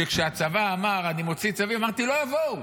כשהצבא אמר: אני מוציא צווים, אמרתי: לא יבואו.